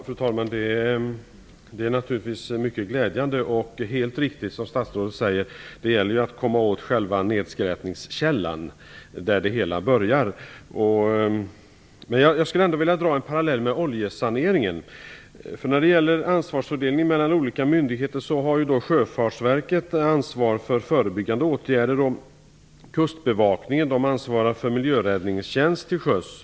Fru talman! Det statsrådet säger är mycket glädjande och helt riktigt - det gäller att komma åt själva nedskräpningskällan. Jag skulle ändock vilja dra en parallell till oljesaneringen. Vi kan se på fördelningen av ansvar mellan olika myndigheter. Sjöfartsverket har ansvaret för förebyggande åtgärder. Kustbevakningen ansvarar för miljöräddningstjänst till sjöss.